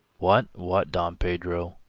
what, what! dom pedro,